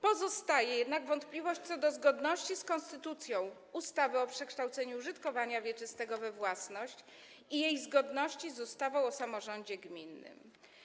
Pozostaje jednak wątpliwość co do zgodności z konstytucją ustawy o przekształceniu użytkowania wieczystego we własność i jej zgodności z ustawą o samorządzie gminnym.